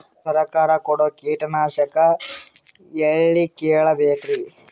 ಸರಕಾರ ಕೊಡೋ ಕೀಟನಾಶಕ ಎಳ್ಳಿ ಕೇಳ ಬೇಕರಿ?